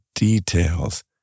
details